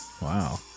Wow